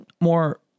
more